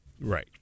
Right